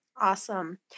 Awesome